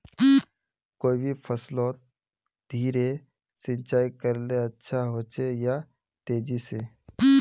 कोई भी फसलोत धीरे सिंचाई करले अच्छा होचे या तेजी से?